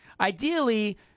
Ideally